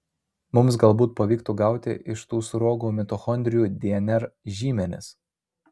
mums galbūt pavyktų gauti iš tų sruogų mitochondrijų dnr žymenis